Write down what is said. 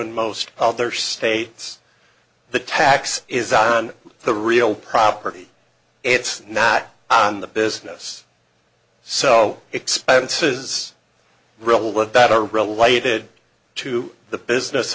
in most other states the tax is on the real property it's not on the business so expenses real what that are related to the business